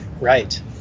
Right